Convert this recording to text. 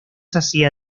hacia